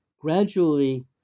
Gradually